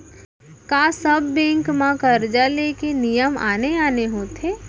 का सब बैंक म करजा ले के नियम आने आने होथे?